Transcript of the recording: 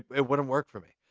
it wouldn't work for me.